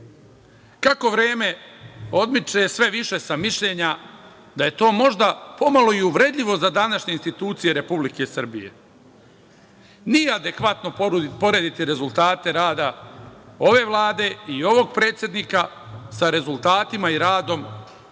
Kako vreme odmiče, sve više sam mišljenja da je to možda pomalo i uvredljivo za današnje institucije Republike Srbije. Nije adekvatno porediti rezultate rada ove Vlade i ovog predsednika sa rezultatima i radom